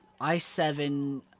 i7